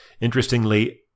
Interestingly